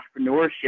entrepreneurship